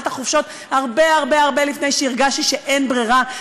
החופשות הרבה לפני שהרגשתי שאין ברירה,